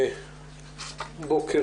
בוקר